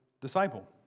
disciple